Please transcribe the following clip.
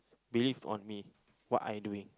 believe on me what I doing